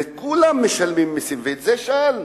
וכולם משלמים מסים, ואת זה שאלנו,